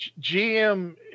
GM